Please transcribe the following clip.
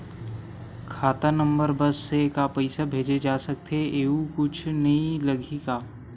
खाता नंबर बस से का पईसा भेजे जा सकथे एयू कुछ नई लगही का?